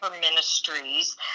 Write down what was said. Ministries